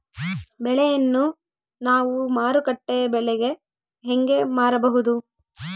ಬೆಳೆಯನ್ನ ನಾವು ಮಾರುಕಟ್ಟೆ ಬೆಲೆಗೆ ಹೆಂಗೆ ಮಾರಬಹುದು?